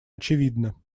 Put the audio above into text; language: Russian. очевидна